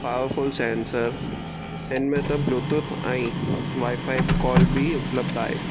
powerful sensor हिन में त ब्लूटूथ ऐं वाइके कॉल बि उपलब्ध आहे